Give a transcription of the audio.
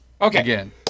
Okay